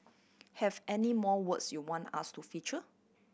have any more words you want us to feature